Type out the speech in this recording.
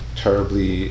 terribly